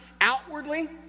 outwardly